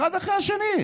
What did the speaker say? אחד אחרי השני,